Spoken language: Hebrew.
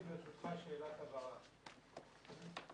לשאלתו של רם בן ברק (לא